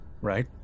Right